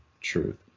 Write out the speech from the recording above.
truth